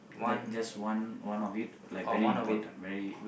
like just one one of it like very important very